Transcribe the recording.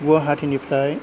गुवाहाटीनिफ्राय